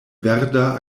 verda